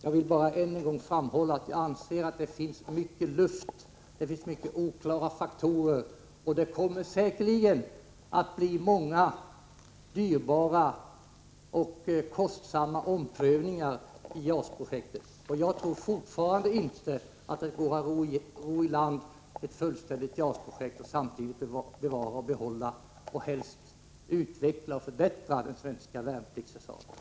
Jag vill bara än en gång framhålla att det finns mycket ”luft” , oklara faktorer, och det kommer säkerligen att bli många dyrbara och kostsamma omprövningar när det gäller JAS-projektet. Jag tror fortfarande inte att det går att ro i land ett fullständigt JAS-projekt och samtidigt behålla och helst utveckla och förbättra det svenska värnpliktsförsvaret.